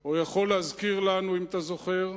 או יכול להזכיר לנו, אם אתה זוכר,